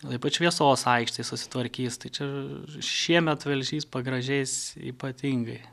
o ypač šviesos aikštė susitvarkys tai čia šiemet velžys pagražės ypatingai